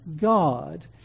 God